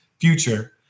future